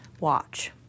Watch